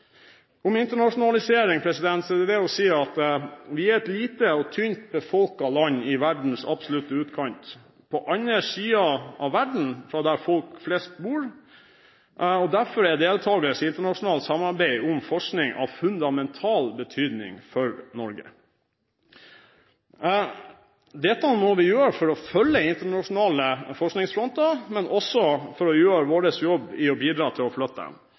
Om internasjonalisering er det det å si at vi er et lite og tynt befolket land i verdens absolutte utkant, på andre siden av verden av der hvor folk flest bor. Derfor er deltakelse i internasjonalt samarbeid om forskning av fundamental betydning for Norge. Det må vi gjøre for å følge internasjonale forskningsfronter – men også for å gjøre vår jobb når det gjelder å bidra til å flytte dem.